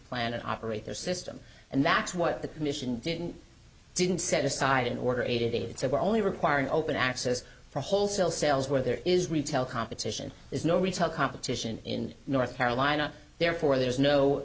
plan and operate their system and that's what the commission didn't didn't set aside in order aided it's only require an open access for wholesale sales where there is retail competition is no retail competition in north carolina therefore there is no